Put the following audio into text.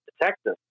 Detective